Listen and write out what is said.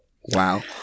wow